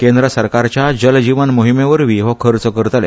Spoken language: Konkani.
केंद्र सरकारच्या जल जीवन मोहीमेवरवी हो खर्च करतले